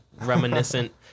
reminiscent